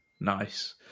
Nice